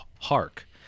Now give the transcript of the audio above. hark